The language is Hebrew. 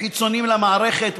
חיצוניים למערכת,